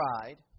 pride